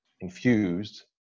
infused